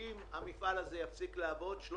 אם המפעל הזה יפסיק לעבוד 300